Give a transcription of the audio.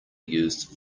used